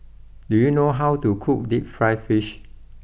do you know how to cook deep Fried Fish